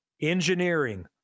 engineering